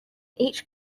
each